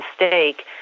mistake